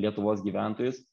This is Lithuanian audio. ietuvos gyventojus